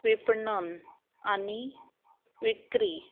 विपणन आनी विक्री